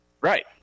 Right